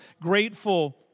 Grateful